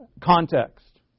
Context